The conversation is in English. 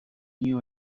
new